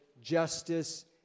justice